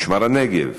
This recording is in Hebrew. משמר-הנגב,